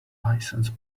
license